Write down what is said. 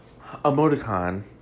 emoticon